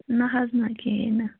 نہَ حظ نہَ کِہیٖنٛۍ نہٕ